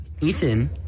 Ethan